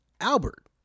Albert